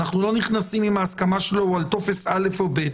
אנחנו לא נכנסים לשאלה אם ההסכמה שלו היא על טופס א' או ב'.